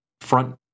front